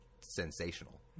sensational